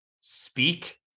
speak